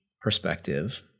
perspective